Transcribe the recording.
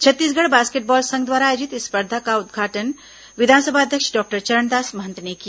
Chhattisgarh basketball संघ द्वारा आयोजित इस स्पर्धा का उद्घाटन विधानसभा अध्यक्ष डॉक्टर चरणदास महंत ने किया